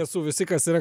esu visi kas yra